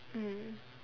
mm